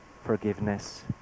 forgiveness